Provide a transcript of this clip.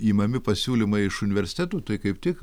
imami pasiūlymai iš universitetų tai kaip tik